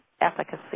efficacy